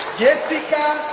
yessica